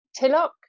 Tilok